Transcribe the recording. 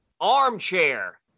armchair